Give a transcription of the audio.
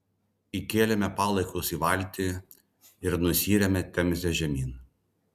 įkėlėme palaikus į valtį ir nusiyrėme temze žemyn